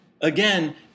again